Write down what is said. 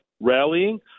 rallying